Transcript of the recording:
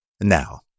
now